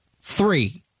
Three